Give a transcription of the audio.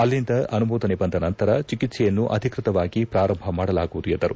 ಅಲ್ಲಿಂದ ಅನುಮೋದನೆ ಬಂದ ನಂತರ ಚಿಕಿತ್ಲೆಯನ್ನು ಅಧಿಕೃತವಾಗಿ ಪ್ರಾರಂಭ ಮಾಡಲಾಗುವುದು ಎಂದರು